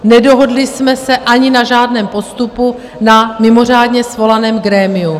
Nedohodli jsme se ani na žádném postupu na mimořádně svolaném grémiu.